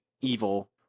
evil